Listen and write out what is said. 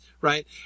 right